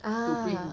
ah